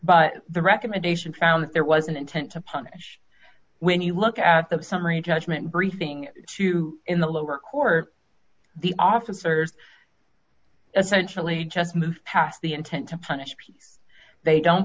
but the recommendation found that there was an intent to punish when you look at the summary judgment briefing two in the lower court the officers essentially just move past the intent to punish they don't